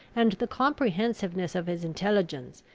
and the comprehensiveness of his intelligence,